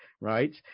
Right